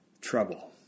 trouble